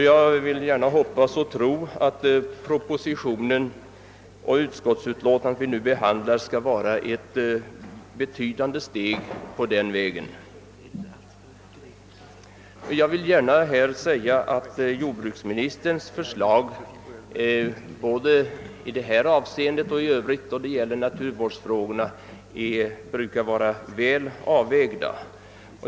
Jag vill hoppas och tro att propositionen och det utskottsutlåtande vi nu behandlar skall vara ett betydande steg på den vägen. Jordbruksministerns förslag brukar, vare sig de avser naturvårdsforskning eller övriga naturvårdsfrågor, vara väl avvägda.